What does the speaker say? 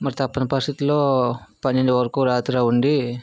మరి తప్పని పరిస్థితులలో పన్నెండు వరకు రాత్రి ఉండి